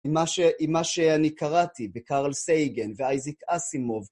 עם מה שאני קראתי בקארל סייגן ואיזיק אסימוב.